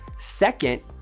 second,